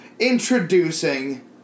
Introducing